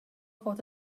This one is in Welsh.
fod